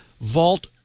vault